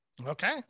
Okay